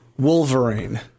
Wolverine